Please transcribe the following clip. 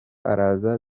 araza